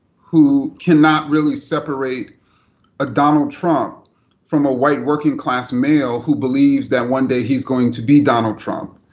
who cannot really separate a donald trump from a white working class male who believes that one day he's going to be donald trump,